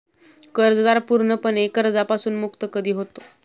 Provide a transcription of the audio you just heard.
कर्जदार पूर्णपणे कर्जापासून मुक्त कधी होतो?